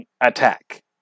attack